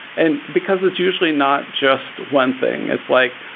and because it's usually not just one thing. it's like,